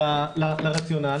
לרציונל,